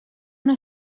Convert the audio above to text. una